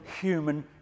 human